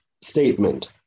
statement